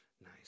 nice